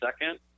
second